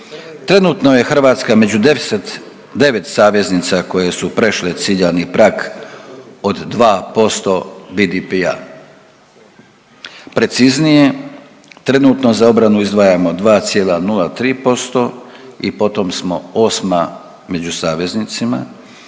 Trenutno je Hrvatska među 10, 9 saveznica koje su prešle ciljani prag od 2% BDP-a. Preciznije trenutno za obranu izdvajamo 2,03% i po tom smo 8 među saveznicima,